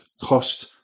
cost